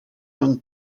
non